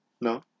No